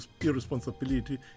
irresponsibility